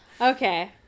Okay